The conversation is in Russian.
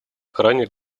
охране